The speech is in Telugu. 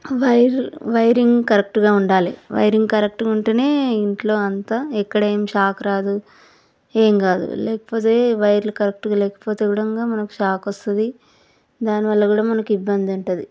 వైరులు వైరింగ్ కరెక్ట్గా ఉండాలి వైరింగ్ కరెక్ట్గా ఉంటేనే ఇంట్లో అంతా ఎక్కడా ఏం షాక్ రాదు ఏం కాదు లేకపోతే వైర్లు కరెక్ట్గా లేకపోతే కూడా మనకు షాక్ వస్తుంది దానివల్ల కూడా మనకి ఇబ్బంది ఉంటుంది